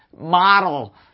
model